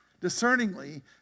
discerningly